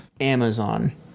Amazon